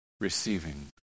receiving